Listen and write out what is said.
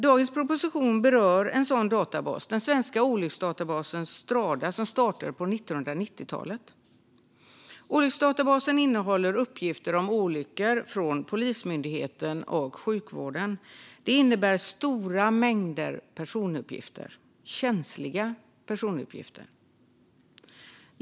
Dagens proposition berör en sådan databas: den svenska olycksdatabasen Strada, som startade på 1990-talet. Olycksdatabasen innehåller uppgifter om olyckor från Polismyndigheten och sjukvården. Det innebär stora mängder personuppgifter - känsliga personuppgifter.